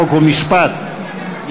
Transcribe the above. חוק ומשפט,